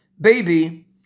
baby